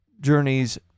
Journeys